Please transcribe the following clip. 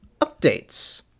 updates